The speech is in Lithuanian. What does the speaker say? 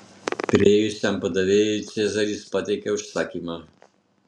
priėjusiam padavėjui cezaris pateikė užsakymą